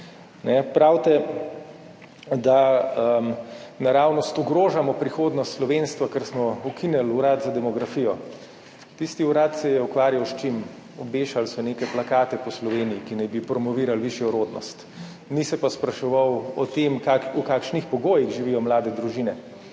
Pravite, da naravnost ogrožamo prihodnost slovenstva, ker smo ukinili Urad za demografijo. Tisti urad se je ukvarjal – s čim? Obešali so neke plakate po Sloveniji, ki naj bi promovirali višjo rodnost, ni se pa spraševal o tem, v kakšnih pogojih živijo mlade družine.